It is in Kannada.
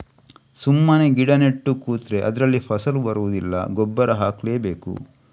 ಸುಮ್ಮನೆ ಗಿಡ ನೆಟ್ಟು ಕೂತ್ರೆ ಅದ್ರಲ್ಲಿ ಫಸಲು ಬರುದಿಲ್ಲ ಗೊಬ್ಬರ ಹಾಕ್ಲೇ ಬೇಕು